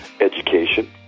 education